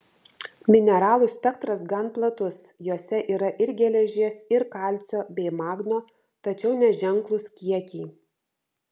mineralų spektras gan platus jose yra ir geležies ir kalcio bei magnio tačiau neženklūs kiekiai